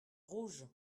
rouge